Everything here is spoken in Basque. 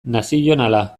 nazionala